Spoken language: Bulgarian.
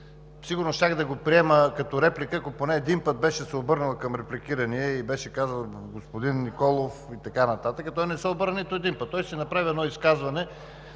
Сигурно щях да го приема като реплика, ако поне един път се беше обърнал към репликирания и беше казал: господин Николов … и така нататък. Той не се обърна нито един път, направи си едно изказване,